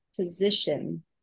position